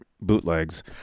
bootlegs